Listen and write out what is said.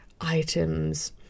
items